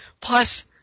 Plus